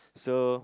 so